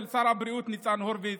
שר הבריאות ניצן הורוביץ,